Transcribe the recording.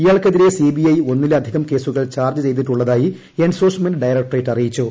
ഇയാൾക്കെതിരെ C B I ഒന്നിലധികം കേസുകൾ ചാർജ്ജ് ചെയ്തിട്ടുള്ളതായി എൻഫോഴ്സ്മെന്റ് ഡയറക്ട്രേറ്റ് അറിയിച്ചു